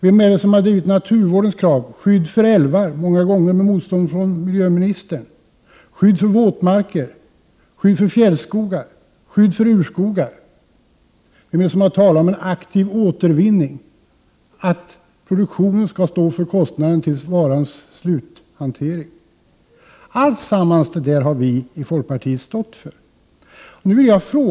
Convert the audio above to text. Vem är det som har drivit naturvårdens krav på skydd för älvar, många gånger med motstånd av miljöministern, skydd för våtmarker, skydd för fjällskog, skydd för urskogar? Vem är det som har talat om en aktiv återvinning, om att produktionen skall stå för kostnaden till varans sluthantering? — Allt det har vi i folkpartiet stått för.